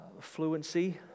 fluency